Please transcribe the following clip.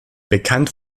bekannt